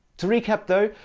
to recap though,